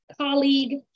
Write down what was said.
colleague